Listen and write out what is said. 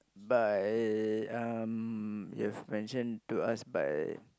by um you've mentioned to us by